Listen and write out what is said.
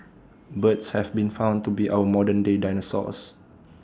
birds have been found to be our modern day dinosaurs